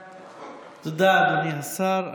תודה, אדוני השר.